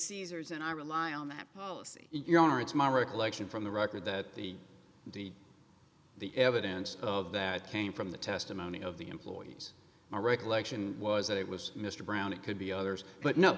caesar's and i rely on that policy your honor it's my recollection from the record that the deed the evidence of that came from the testimony of the employees my recollection was that it was mr brown it could be others but no